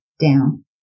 down